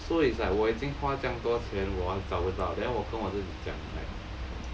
so it's like 我已经花这样多钱我找不到 then 我跟我自己讲 like